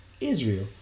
Israel